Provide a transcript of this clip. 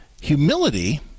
Humility